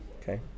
okay